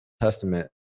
Testament